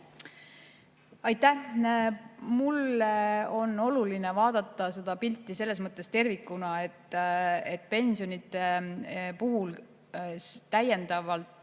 Aitäh! Mulle on oluline vaadata pilti selles mõttes tervikuna, et pensionide puhul täiendavalt